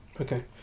Okay